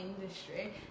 industry